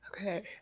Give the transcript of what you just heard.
Okay